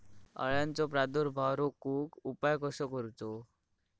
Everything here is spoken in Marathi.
अळ्यांचो प्रादुर्भाव रोखुक उपाय कसो करूचो?